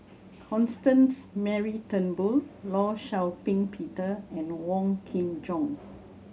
Constance Mary Turnbull Law Shau Ping Peter and Wong Kin Jong